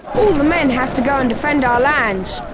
all the men have to go and defend our lands!